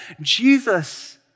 Jesus